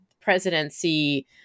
presidency